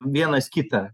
vienas kitą